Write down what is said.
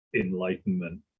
enlightenment